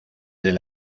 del